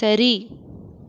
சரி